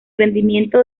rendimiento